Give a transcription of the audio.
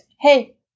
Hey